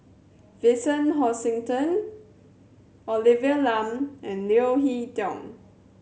Vincent Hoisington Olivia Lum and Leo Hee Tong